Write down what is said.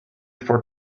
for